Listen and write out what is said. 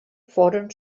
foren